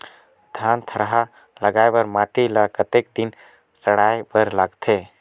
धान थरहा लगाय बर माटी ल कतेक दिन सड़ाय बर लगथे?